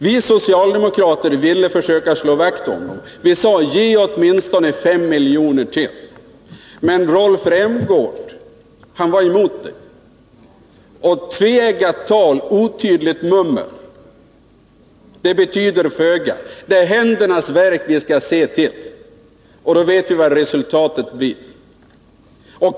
Vi socialdemokrater försökte slå vakt om dem. Vi sade: Ge åtminstone 5 miljoner till! Men Rolf Rämgård var emot det! Tvetungat tal och otydligt mummel betyder föga — det är händernas verk vi skall se till. Då vet vi vad resultatet blir.